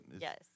yes